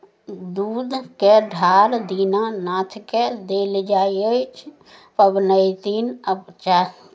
दूधके ढार दीनानाथके देल जाइ अछि पबनैतिन अपचा